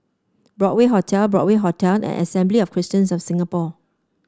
Broadway Hotel Broadway Hotel and Assembly of Christians of Singapore